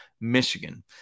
Michigan